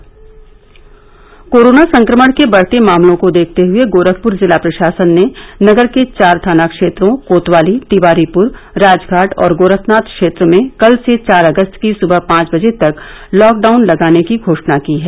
दिल्ली समाचार कोरोना संक्रमण के बढ़ते मामलों को देखते हुए गोरखपुर जिला प्रशासन ने नगर के चार थाना क्षेत्रों कोतवाली तिवारीपुर राजधाट और गोरखनाथ क्षेत्र में कल से चार अगस्त की सुबह पांच बजे तक लॉकडाउन लगाने की घोषणा की है